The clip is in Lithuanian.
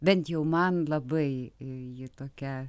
bent jau man labai ji tokia